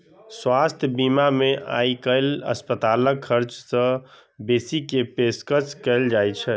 स्वास्थ्य बीमा मे आइकाल्हि अस्पतालक खर्च सं बेसी के पेशकश कैल जाइ छै